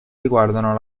riguardano